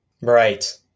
Right